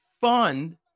fund